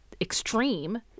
extreme